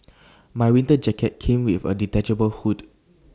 my winter jacket came with A detachable hood